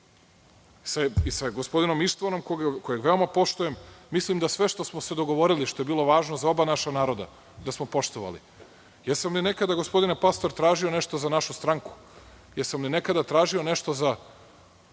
i sa gospodinom Ištvanom koga veoma poštujem, mislim da sve što smo se dogovorili što je bilo važno za oba naša naroda, da smo poštovali. Jesam li nekada gospodine Pastor tražio nešto za našu stranku? Jesam li nekada tražio nešto za